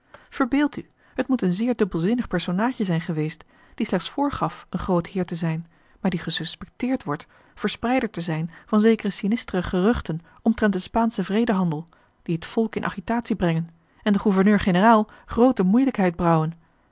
verbeeld u het moet een zeer dubbelzinnig personaadje zijn geweest die slechts voorgaf een groot heer te zijn maar die gesuspecteerd wordt verspreider te zijn van zekere sinistre geruchten omtrent den spaanschen vredehandel die het volk in agitatie brengen en den gouverneur-generaal groote moeielijkheid brouwen